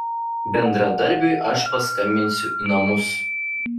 bendradarbiui aš paskambinsiu į namus